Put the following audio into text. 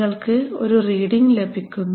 നിങ്ങൾക്ക് ഒരു റീഡിങ് ലഭിക്കുന്നു